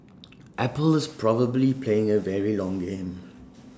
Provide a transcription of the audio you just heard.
apple is probably playing A very long game